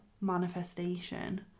manifestation